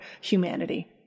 humanity